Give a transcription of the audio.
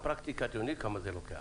בפרקטיקה אתם יודעים כמה זמן זה לוקח.